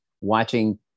watching